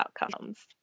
outcomes